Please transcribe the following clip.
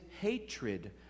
hatred